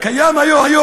הקיים היום,